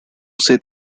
say